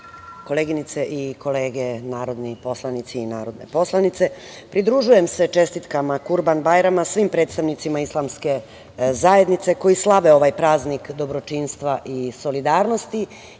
i kolege narodi poslanici i narodne poslanice, pridružujem se čestitkama Kurban-bajrama svim predstavnicima islamske zajednice koji slave ovaj praznik dobročinstva i solidarnosti.